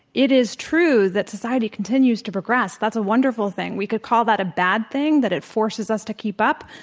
it is true that society continues to progress. that's a wonderful thing. we could call that a bad thing, that it forces us to keep up.